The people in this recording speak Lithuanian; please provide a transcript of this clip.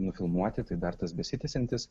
nufilmuoti tai dar tas besitęsiantis